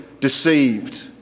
deceived